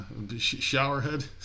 showerhead